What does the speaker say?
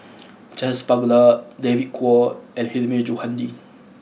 Charles Paglar David Kwo and Hilmi Johandi